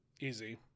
Easy